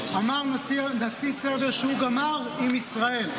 אמר נשיא סרביה שהוא גמר עם ישראל.